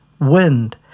wind